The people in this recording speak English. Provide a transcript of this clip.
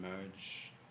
merge